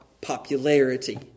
popularity